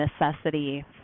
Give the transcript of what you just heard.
necessity